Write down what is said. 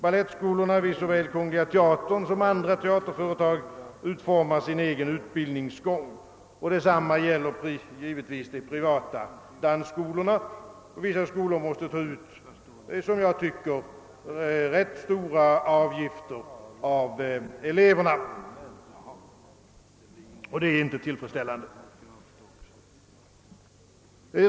Balettskolorna vid såväl kungl. teatern som andra teatrar utformar sin egen utbildningsgång. Detsamma gäller givetvis de privata dansskolorna. Vissa skolor måste ta ut enligt min mening rätt stora avgifter av eleverna, och det är inte tillfredsställande.